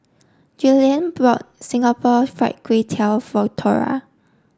Julian bought Singapore Fried Kway Tiao for Thora